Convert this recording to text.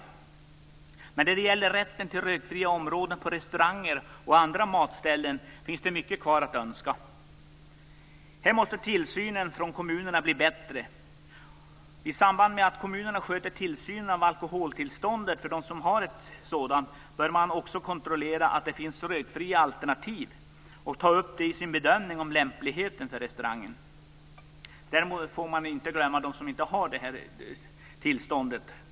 Men när det gäller rätten till rökfria områden på restauranger och andra matställen finns det mycket kvar att önska. Här måste kommunernas tillsyn bli bättre. I samband med att kommunerna sköter tillsynen av alkoholtillstånden för de utskänkningsställen som har ett sådant bör man också kontrollera att det finns rökfria alternativ och ta upp detta i sin bedömning av lämpligheten. Man får inte heller glömma bort andra ställen.